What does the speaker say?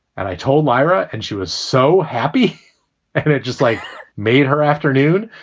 and i told myra and she was so happy. and it just like made her afternoon.